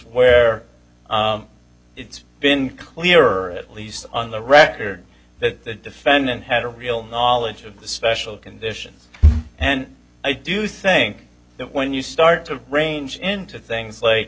where it's been clear or at least on the record that the defendant had a real knowledge of the special conditions and i do think that when you start to range into things like